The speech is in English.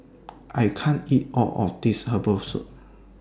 I can't eat All of This Herbal Soup